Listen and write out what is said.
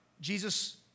Jesus